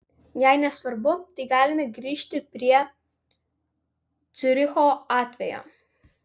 jei nesvarbu tai galime grįžti prie ciuricho atvejo